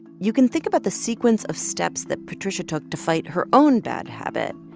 you can think about the sequence of steps that patricia took to fight her own bad habit,